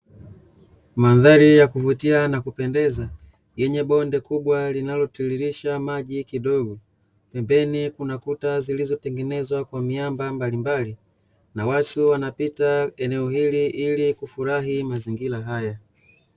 Mandhari ya kuvutia na kupendeza yenye bonde kubwa linalo tiririsha maji kidogo, pembeni kuna kuta zilizo tengenezwa kwa miamba mbalimbali, na watu wanapita eneo hili ili kufurahi mazingira haya.